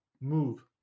Move